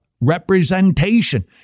representation